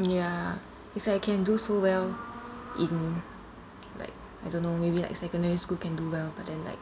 mm ya it's like I can do so well in like I don't know maybe like secondary school can do well but then like